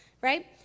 right